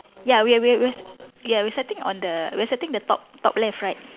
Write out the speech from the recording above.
ya we're we're we're s~ ya we're setting on the we're setting on the top top left right